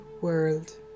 world